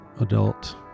adult